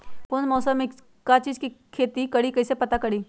कौन मौसम में का चीज़ के खेती करी कईसे पता करी?